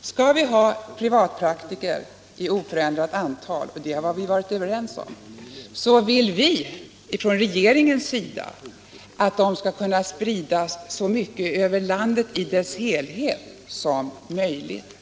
Skall vi ha privatpraktiker i oförändrat antal - och det har vi varit överens om -— vill vi från regeringens sida att Allmänpolitisk debatt 55 Allmänpolitisk debatt de skall kunna spridas över landet i dess helhet så mycket som möjligt.